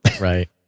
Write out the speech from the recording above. Right